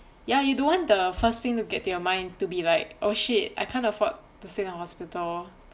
ya you don't want the first thing to get to your mind to be like oh shit I can't afford to stay in the hospital